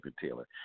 Taylor